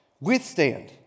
withstand